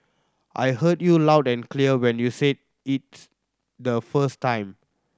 I heard you loud and clear when you said its the first time